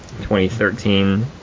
2013